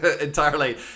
entirely